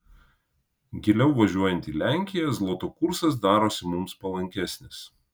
giliau važiuojant į lenkiją zloto kursas darosi mums palankesnis